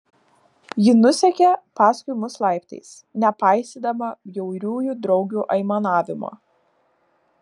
ji nusekė paskui mus laiptais nepaisydama bjauriųjų draugių aimanavimo